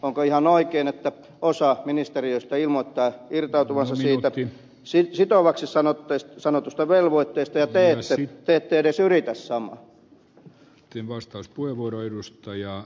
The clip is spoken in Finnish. onko ihan oikein että osa ministeriöistä ilmoittaa irtautuvansa siitä sitovaksi sanotusta velvoitteesta ja te ette edes yritä samaa